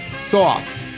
Sauce